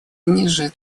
ниже